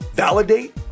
validate